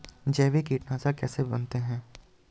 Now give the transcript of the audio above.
जैविक कीटनाशक कैसे बनाते हैं?